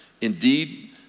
Indeed